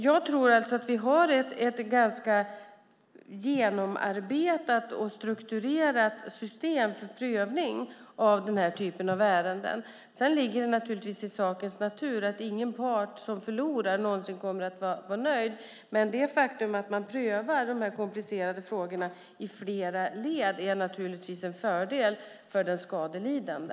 Jag tror alltså att vi har ett ganska genomarbetat och strukturerat system för prövning av den här typen av ärenden. Sedan ligger det i sakens natur att ingen part som förlorar någonsin kommer att vara nöjd, men det faktum att man prövar de här komplicerade frågorna i flera led är naturligtvis en fördel för den skadelidande.